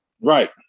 Right